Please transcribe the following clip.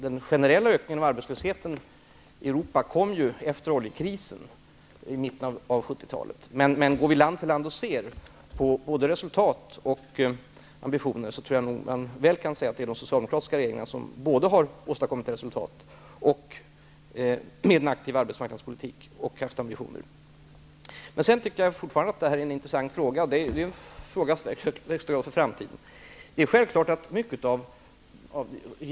Den generella ökningen av arbetslösheten i Europa kom ju efter oljekrisen i mitten av 1970 talet. Men går vi från land till land och ser på resultat och ambitioner, så tror jag nog man kan säga att det är de socialdemokratiska regeringarna som både har åstadkommit resultat med en aktiv arbetsmarknadspolitik och haft ambitioner. Jag tycker fortfarande att detta är en intressant fråga, i högsta grad en fråga för framtiden.